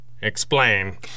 Explain